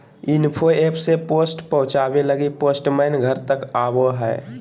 info app से post पहुचावे लगी पोस्टमैन घर तक आवो हय